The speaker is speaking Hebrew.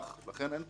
לכן אין פה שינוי